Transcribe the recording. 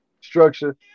structure